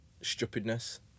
stupidness